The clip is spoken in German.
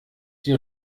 die